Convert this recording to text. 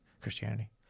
Christianity